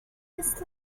this